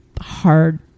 hard